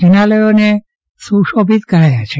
જિનાલયોને શુશોભિત કરાયા છે